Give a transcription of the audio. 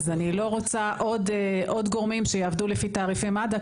אני לא רוצה עוד גורמים שיעבדו לפי תעריפי מד"א,